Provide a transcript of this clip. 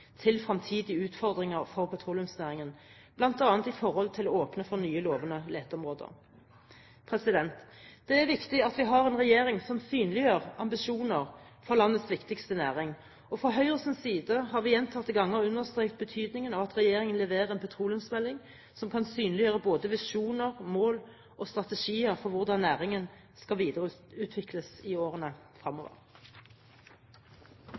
til fremtidige utfordringer for petroleumsnæringen, bl.a. i forhold til å åpne for nye, lovende leteområder. Det er viktig at vi har en regjering som synliggjør ambisjoner for landets viktigste næring, og fra Høyres side har vi gjentatte ganger understreket betydningen av at regjeringen leverer en petroleumsmelding som kan synliggjøre både visjoner, mål og strategier for hvordan næringen skal videreutvikles i årene